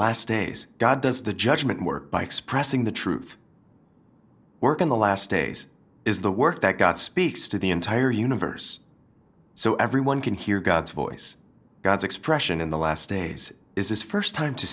last days god does the judgement work by expressing the truth work in the last days is the work that god speaks to the entire universe so everyone can hear god's voice god's expression in the last days is his st time to